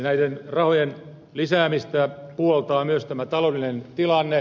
näiden rahojen lisäämistä puoltaa myös tämä taloudellinen tilanne